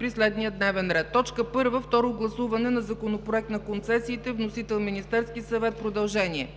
при следния дневен ред: 1. Второ гласуване на Законопроект за концесиите. Вносител е Министерският съвет – продължение.